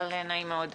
נעים מאוד.